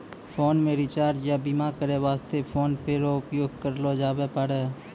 phone मे recharge या बीमा करै वास्ते फोन पे रो उपयोग करलो जाबै पारै